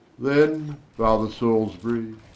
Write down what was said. then father salisbury,